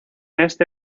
este